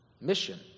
mission